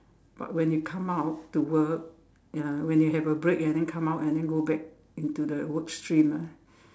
but when you come out to work ya when you have a break and then come out and then go back into the work stream ah